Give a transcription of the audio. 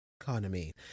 economy